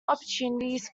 opportunities